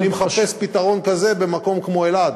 אני מחפש פתרון כזה במקום כמו אלעד.